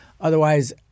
Otherwise